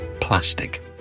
plastic